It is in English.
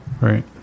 Right